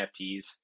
NFTs